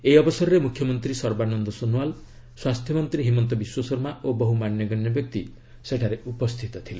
ଏହି ଅବସରରେ ମୁଖ୍ୟମନ୍ତ୍ରୀ ସର୍ବାନନ୍ଦ ସୋନୱାଲ ସ୍ୱାସ୍ଥ୍ୟମନ୍ତ୍ରୀ ହିମନ୍ତ ବିଶ୍ୱଶର୍ମା ଓ ବହୁ ମାନ୍ୟଗଣ୍ୟ ବ୍ୟକ୍ତି ଉପସ୍ଥିତ ଥିଲେ